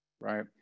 right